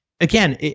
again